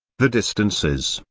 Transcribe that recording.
the distances,